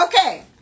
Okay